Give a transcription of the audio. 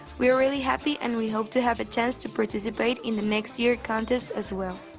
we are really happy and we hope to have chance to participate in the next year's contest as well.